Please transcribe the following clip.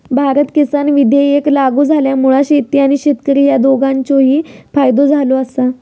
भारत किसान विधेयक लागू झाल्यामुळा शेती आणि शेतकरी ह्या दोघांचोही फायदो झालो आसा